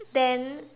then